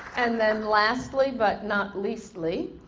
and then lastly but not leastly